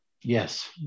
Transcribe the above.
Yes